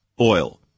Oil